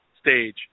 stage